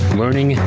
learning